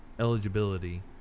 eligibility